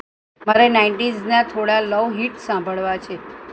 મારે નાઈન્ટીઝના થોડાં લવ હિટ્સ સાંભળવા છે